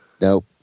Nope